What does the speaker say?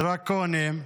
דרקוניים,